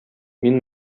мин